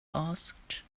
asked